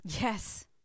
Yes